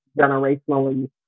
generationally